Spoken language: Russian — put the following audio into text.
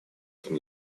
этом